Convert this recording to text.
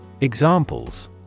Examples